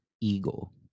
eagle